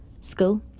school